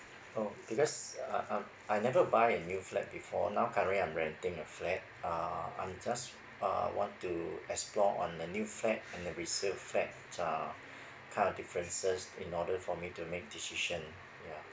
oh because uh I I never buy new flat before now currently I'm renting a flat uh I'm just uh want to explore on the new flat and the resale flat uh kind of differences in order for me to make decision ya